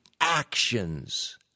actions